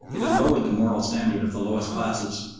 it had lowered the moral standard of the lowest classes,